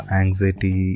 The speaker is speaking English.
anxiety